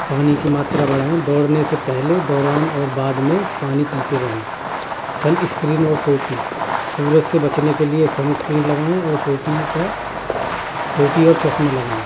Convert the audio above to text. پانی کی ماترا بڑھائیں دوڑنے سے پہلے دوران اور بعد میں پانی پیتے رہیں سن اسکرین اور ٹوپی سورج سے بچنے کے لیے سن اسکرین لگائیں اور ٹوپی کا ٹوپی اور چشمہ لگائیں